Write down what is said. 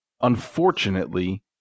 Unfortunately